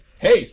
hey